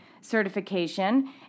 certification